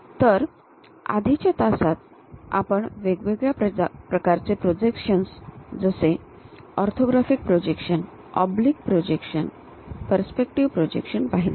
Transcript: तर आधीच्या तासात आपण वेगवेगळ्या प्रकारचे प्रोजेक्शन्स जसे orthographic projection oblique projection perspective projection पहिले